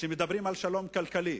שמדברים על שלום כלכלי.